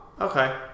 okay